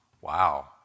wow